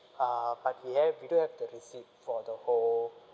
uh but we have we do have the receipt for the whole